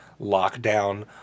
lockdown